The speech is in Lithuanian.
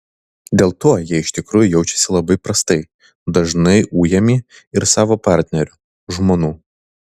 dėl to jie iš tikrųjų jaučiasi labai prastai dažnai ujami ir savo partnerių žmonų